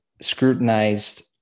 scrutinized